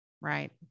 right